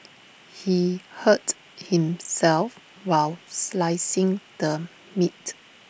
he hurt himself while slicing the meat